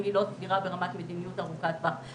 היא לא סבירה ברמת מדיניות ארוכת טווח.